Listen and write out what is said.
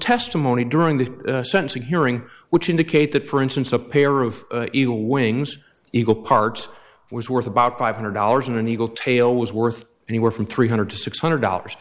testimony during the sentencing hearing which indicate that for instance a pair of evil wings equal parts was worth about five hundred dollars an eagle tail was worth anywhere from three hundred to six hundred dollars